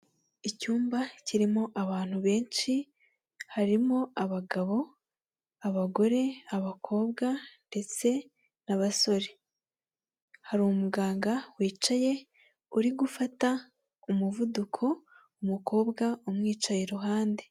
Icyumba kirimo abantu benshi harimo abagabo, abagore, abakobwa ndetse n'abasore. Har’umuganga wicaye uri gufata umuvuduko umukobwa umwicaye iruhande.